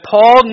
Paul